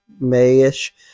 May-ish